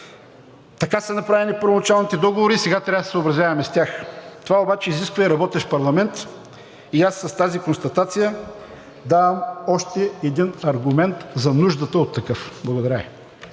Така са направени първоначалните договори и сега трябва да се съобразяваме с тях. Това обаче изисква и работещ парламент, и аз с тази констатация давам още един аргумент за нуждата от такъв. Благодаря